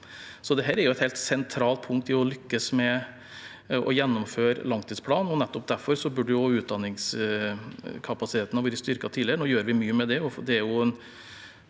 Dette er et helt sentralt punkt i å lykkes med å gjennomføre langtidsplanen, og nettopp derfor burde utdanningskapasiteten ha vært styrket tidligere. Nå gjør vi mye med det,